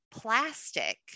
plastic